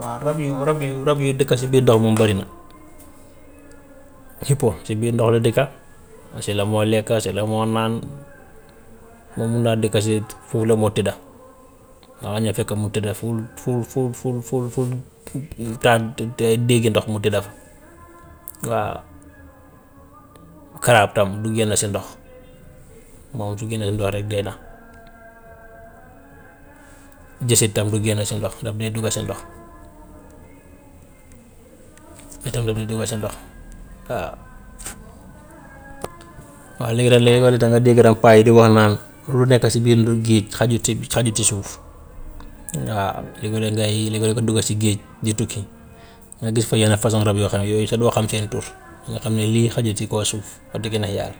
Waaw rab yu rab yu rab yu dëkka si biir ndox moom bari na. Xippo si biir ndox la dëkka, si la moo lekka, si la moo naan, moom mun naa dëkk si foofu la moo tëdda, danga ñëw fekk mu tëdda ful fu fu fu fu fu diggi ndox mu tëdd fa. Waaw karaab tam du génn si ndox moom su génnee si ndox rek dee na. Jasit tam du génn si ndox daf dee dugga si ndox, itam daf dee dugga si ndox, waaw. Waa léegi nag léegi walla danga dégg rab paa yi di wax naan lu nekk si biir géej xajul si xajul ci suuf, waaw léeg-léeg ngay léeg-léeg nga dugga si géej di tukki nga gis fa yenn façon rab yoo xam ne yooyu sax doo xam seen tur, nga xam ne lii xajul ci kaw suuf wax dëgg neex yàlla.